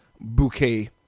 bouquet